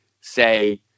say